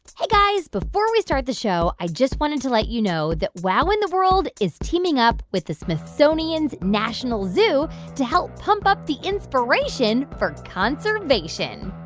guys. before we start the show, i just wanted to let you know that wow in the world is teaming up with the smithsonian's national zoo to help pump up the inspiration for conservation.